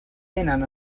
vénen